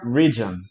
region